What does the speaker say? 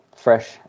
Fresh